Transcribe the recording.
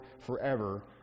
forever